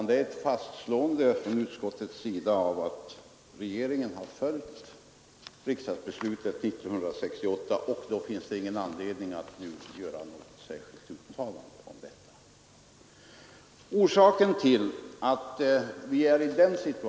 Det är ett fastslående från utskottets sida av att regeringen har följt riksdagsbeslutet 1968. Det finns ingen anledning att nu göra något särskilt uttalande om detta.